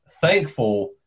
thankful